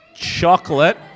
Chocolate